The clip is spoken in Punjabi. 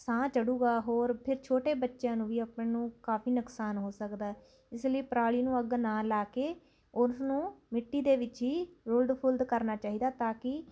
ਸਾਹ ਚੜ੍ਹੇਗਾ ਹੋਰ ਫਿਰ ਛੋਟੇ ਬੱਚਿਆਂ ਨੂੰ ਵੀ ਆਪਣੇ ਨੂੰ ਕਾਫ਼ੀ ਨੁਕਸਾਨ ਹੋ ਸਕਦਾ ਹੈ ਇਸ ਲਈ ਪਰਾਲੀ ਨੂੰ ਅੱਗ ਨਾ ਲਗਾ ਕੇ ਉਸਨੂੰ ਮਿੱਟੀ ਦੇ ਵਿੱਚ ਹੀ ਰੁਲਦ ਫੁਲਦ ਕਰਨਾ ਚਾਹੀਦਾ ਤਾਂ ਕਿ